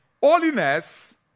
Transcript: holiness